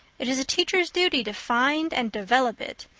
it is a teacher's duty to find and develop it.